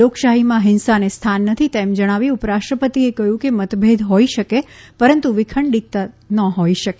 લોકશાહીમાં હિંસાને સ્થાન નથી એમ જણાવી ઉપરાષ્ટ્રપતિએ કહ્યુંકે મતભેદ હોઈ શકે પરંતુ વિખંડીતતા ન હોઈ શકે